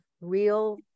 real